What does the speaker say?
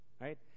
right